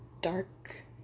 Dark